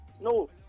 no